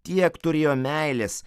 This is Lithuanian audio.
tiek turėjo meilės